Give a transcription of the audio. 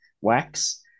Wax